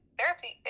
therapy